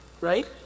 Right